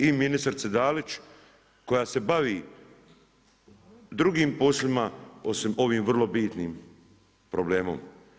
I ministrice Dalić, koja se bavi drugim poslovima osim ovim vrlo bitnim problemom.